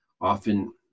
often